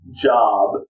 job